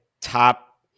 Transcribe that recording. top